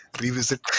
revisit